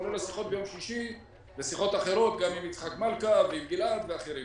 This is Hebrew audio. כולל השיחות ביום שישי ושיחות אחרות גם עם יצחק מלכה ועם גלעד ואחרים.